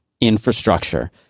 infrastructure